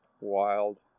wild